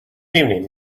evening